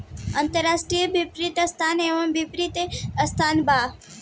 अन्तराष्ट्रिय वित्तीय संस्था एगो वित्तीय संस्था बा